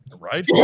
Right